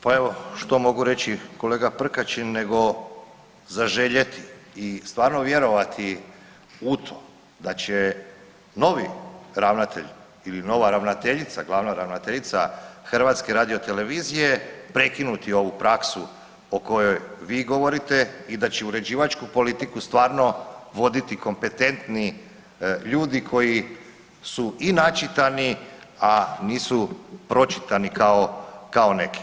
Pa evo što mogu reći kolega Prkačin nego zaželjeti i stvarno vjerovati u to da će novi ravnatelj ili nova ravnateljica, glavna ravnateljica HRT-a prekinuti ovu praksu o kojoj vi govorite i da će uređivačku politiku stvarno voditi kompetentni ljudi koji su i načitani, a nisu pročitani kao, kao neki.